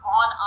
on